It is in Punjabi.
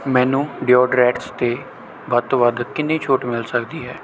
ਮੈਨੂੰ ਡੀਓਡਰੈਂਟਸ 'ਤੇ ਵੱਧ ਤੋਂ ਵੱਧ ਕਿੰਨੀ ਛੋਟ ਮਿਲ ਸਕਦੀ ਹੈ